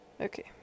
Okay